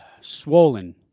Swollen